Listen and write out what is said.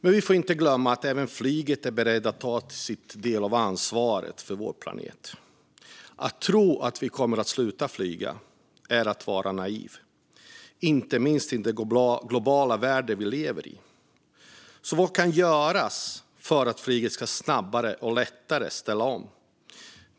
Vi får dock inte glömma att även flyget är berett att ta sin del av ansvaret för vår planet. Att tro att vi kommer att sluta flyga är att vara naiv, inte minst i den globala värld vi lever i. Vad kan då göras för att flyget ska ställa om snabbare och lättare?